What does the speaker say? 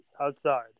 outside